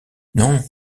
non